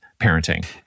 parenting